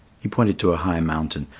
he pointed to a high mountain.